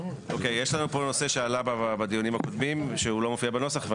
זה נושא שעלה בדיונים הקודמים ואינו מופיע בנוסח.